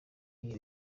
iyo